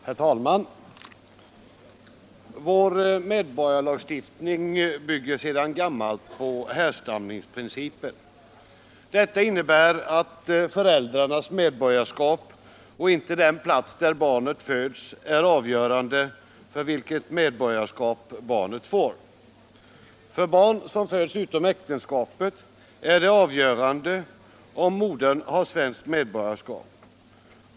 Herr talman! Vår medborgarskapslagstiftning bygger sedan gammalt på härstamningsprincipen. Detta innebär att föräldrarnas medborgarskap och inte den plats där barnet föds är avgörande för vilket medborgarskap barnet får. För barn som föds utom äktenskapet är det avgörande om modern har svenskt medborgarskap.